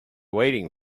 waiting